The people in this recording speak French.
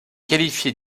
qualifiée